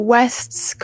West's